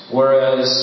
Whereas